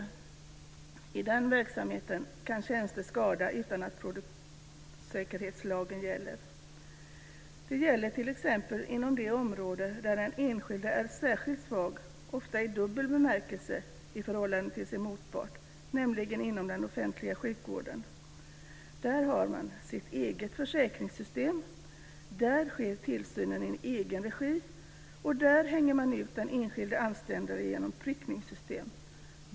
I den verksamheten kan tjänster skada utan att produktsäkerhetslagen gäller. Det gäller t.ex. inom det område där den enskilde är särskilt svag, ofta i dubbel bemärkelse, i förhållande till sin motpart, nämligen inom den offentliga sjukvården. Där har man sitt eget försäkringssystem, där sker tillsynen i egen regi och där hänger man ut den enskilda anställda genom ett prickningssystem.